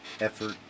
effort